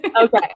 Okay